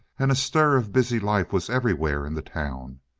and a stir of busy life was everywhere in the town.